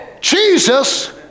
Jesus